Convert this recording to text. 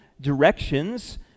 Directions